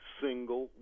single